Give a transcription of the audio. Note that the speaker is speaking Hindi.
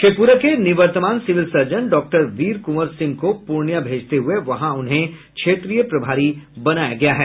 शेखपुरा के निवर्तमान civil surgeon doctor Veerkunwar Singh को पूर्णिया भेजते हुए वहां उन्हें क्षेत्रीय प्रभारी बनाया गया है